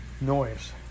noise